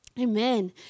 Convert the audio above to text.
Amen